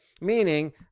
meaning